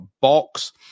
box